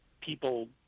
people